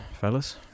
fellas